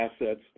assets